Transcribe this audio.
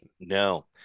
No